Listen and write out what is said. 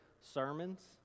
sermons